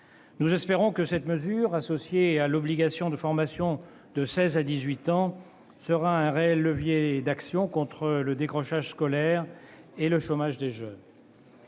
Nous espérons que cette mesure, associée à l'obligation de formation de 16 à 18 ans, sera un réel levier d'action contre le décrochage scolaire et le chômage des jeunes.